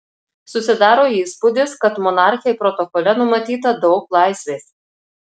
susidaro įspūdis kad monarchei protokole numatyta daug laisvės